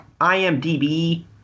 IMDB